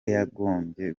yagombye